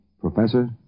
professor